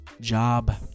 Job